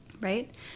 right